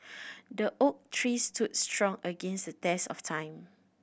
the oak tree stood strong against the test of time